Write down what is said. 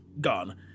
gone